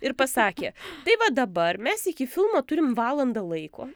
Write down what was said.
ir pasakė tai va dabar mes iki filmo turim valandą laiko